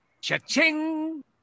Cha-ching